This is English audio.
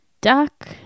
duck